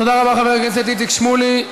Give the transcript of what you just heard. תודה רבה, חבר הכנסת איציק שמולי.